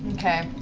okay.